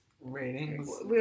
Ratings